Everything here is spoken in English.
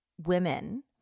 women